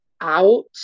out